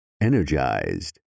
energized